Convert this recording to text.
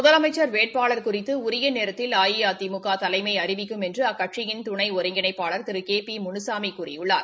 முதலமைச்சர் வேட்பாளர் குறித்து உரிய நேரத்தில் அஇஅதிமுக தலைமை அறிவிக்கும் என்று அக்கட்சியின் துணை ஒருங்கிணைப்பாளர் திரு கே பி முனுளமி கூறியுள்ளார்